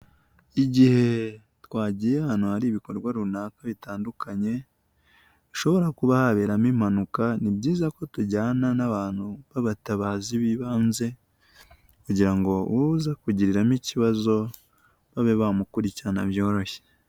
Igihe twagiye ahantu hari ibikorwa runaka bitandukanye hashobora kuba haberamo impanuka, ni byiza ko tujyana n'abantu b'abatabazi b'ibanze kugira ngo uwuza kugiriramo ikibazo babe bamukurikirana byoroshye.